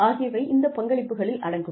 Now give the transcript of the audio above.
ஆகியவை இந்த பங்களிப்புகளில் அடங்கும்